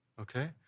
okay